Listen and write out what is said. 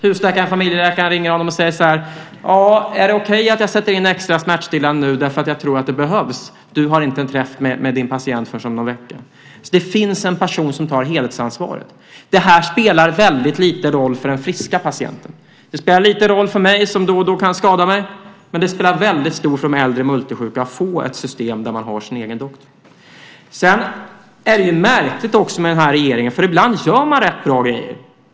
Husläkaren eller familjeläkaren kan också ringa och säga så här: Är det okej att jag sätter in extra smärtstillande nu, därför att jag tror att det behövs? Du har inte en träff med din patient förrän om någon vecka. Det finns en person som tar helhetsansvaret. Det spelar en väldigt liten roll för den friska patienten. Det spelar en liten roll för mig som då och då kan skada mig. Men det spelar en väldigt stor roll för de äldre multisjuka att få ett system där man har sin egen doktor. Det är också märkligt med den här regeringen, för ibland gör man rätt bra grejer.